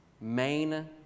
main